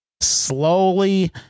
slowly